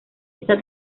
esa